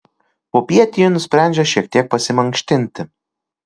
popiet ji nusprendžia šiek tiek pasimankštinti